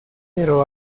pero